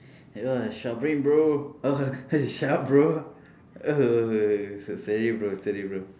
oh bro bro steady bro steady bro